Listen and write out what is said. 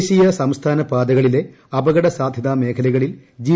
ദേശീയ സംസ്ഥാന പാതകളിലെ അപകടസാധൃതാ മേഖലകളിൽ ജി